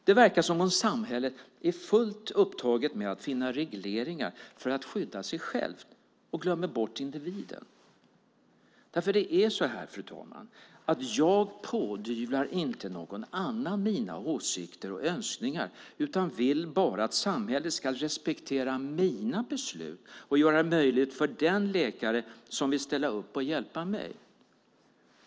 Det verkar som om samhället är fullt upptaget med att finna regleringar för att skydda sig självt och glömmer bort individen. Det är nämligen så här, fru talman, att jag pådyvlar inte någon annan mina åsikter och önskningar, utan jag vill bara att samhället ska respektera mina beslut och göra det möjligt för den läkare som vill ställa upp och hjälpa mig.